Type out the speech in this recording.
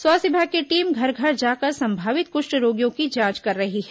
स्वास्थ्य विभाग की टीम घर घर जाकर संभावित क्ष्ठ रोगियों की जांच कर रही है